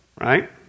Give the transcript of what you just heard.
right